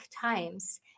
Times